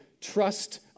trust